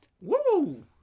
Woo